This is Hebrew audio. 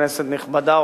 כנסת נכבדה,